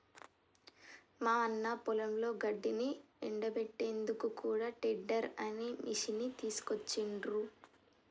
మా అన్న పొలంలో గడ్డిని ఎండపెట్టేందుకు కూడా టెడ్డర్ అనే మిషిని తీసుకొచ్చిండ్రు